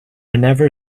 never